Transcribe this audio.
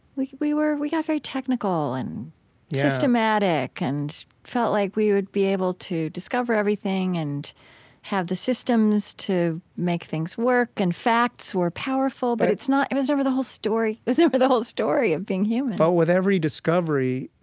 we we were we got very technical and systematic, and felt like we would be able to discover everything, and have the systems to make things work, and facts were powerful, but it's not, it was never the whole story, it was never the whole story of being human but with every discovery,